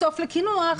בסוף לקינוח,